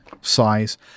size